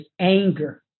anger